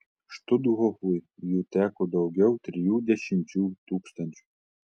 štuthofui jų teko daugiau trijų dešimčių tūkstančių